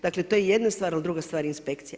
Dakle, to je jedna stvar, a druga stvar je inspekcija.